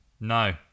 no